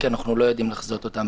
כי אנחנו לא יודעים לחזות אותם,